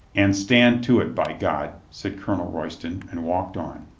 and stand to it, by god, said colonel royston, and walked on.